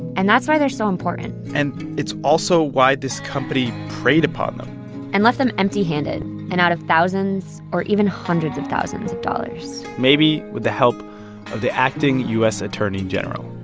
and that's why they're so important and it's also why this company preyed upon them and left them empty-handed and out of thousands, or even hundreds of thousands, of dollars maybe with the help of the acting u s. attorney general.